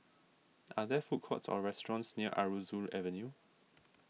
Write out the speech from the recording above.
are there food courts or restaurants near Aroozoo Avenue